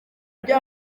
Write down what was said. ibyo